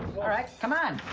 all right, come on.